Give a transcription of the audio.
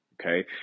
Okay